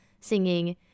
singing